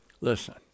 Listen